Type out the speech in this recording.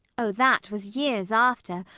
oh, that was years after,